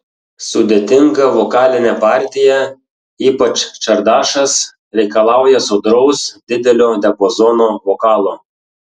sudėtinga vokalinė partija ypač čardašas reikalauja sodraus didelio diapazono vokalo